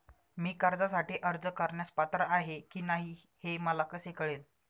मी कर्जासाठी अर्ज करण्यास पात्र आहे की नाही हे मला कसे कळेल?